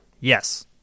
Yes